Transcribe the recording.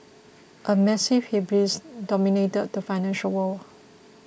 a massive hubris dominated the financial world